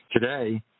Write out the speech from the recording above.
today